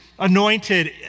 anointed